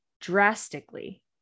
drastically